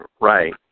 Right